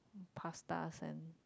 pasta and